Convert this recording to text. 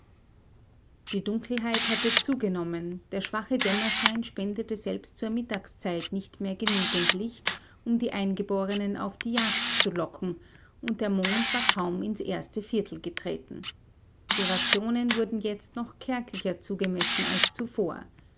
die dunkelheit hatte zugenommen der schwache dämmerschein spendete selbst zur mittagszeit nicht mehr genügend licht um die eingeborenen auf die jagd zu locken und der mond war kaum ins erste viertel getreten die rationen wurden jetzt noch kärglicher zugemessen als zuvor